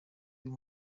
uzwi